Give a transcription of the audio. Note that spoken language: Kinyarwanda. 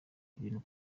ibintu